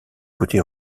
côté